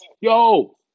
Yo